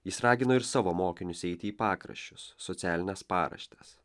jis ragino ir savo mokinius eiti į pakraščius socialines paraštes